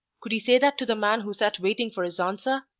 could he say that to the man who sat waiting for his answer?